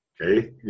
Okay